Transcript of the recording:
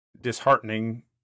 disheartening